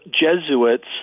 Jesuits